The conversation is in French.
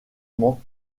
mans